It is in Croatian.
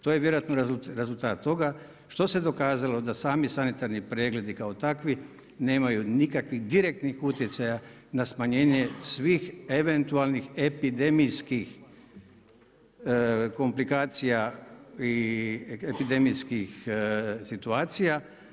To je vjerojatno rezultat toga što se dokazalo da sami sanitarni pregledi kao takvi nemaju nikakvih direktnih utjecaja na smanjenje svih eventualnih epidemijskih komplikacija i epidemijskih situacija.